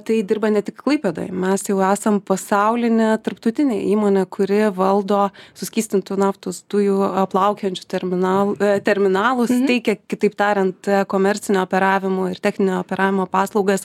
tai dirba ne tik klaipėdoj mes jau esam pasaulinė tarptautinė įmonė kuri valdo suskystintų naftos dujų plaukiojančių terminalų terminalus teikia kitaip tariant komercinio operavimo ir techninio operavimo paslaugas